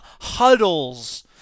huddles